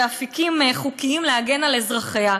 ואפיקים חוקיים להגן על אזרחיה.